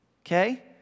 okay